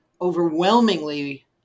overwhelmingly